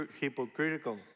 hypocritical